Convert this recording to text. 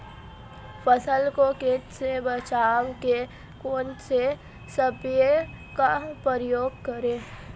फसल को कीट से बचाव के कौनसे स्प्रे का प्रयोग करें?